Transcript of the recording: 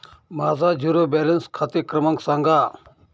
माझा zero balance खाते क्रमांक सांगा